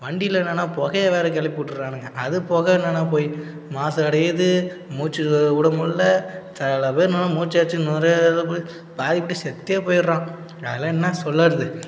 வண்டியில் என்னான்னா புகைய வேறு கிளப்பி விட்ருறாணுங்க அது புக என்னான்னா போய் மாசு அடையுது மூச்சு விட முல்ல சில பேர் என்னென்னா மூச்ச அடைச்சின்னு நுரையீரலில் போய் பாதி பேர் செத்தே போயிடுறான் அதெல்லாம் என்ன சொல்லறது